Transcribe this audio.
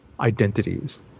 identities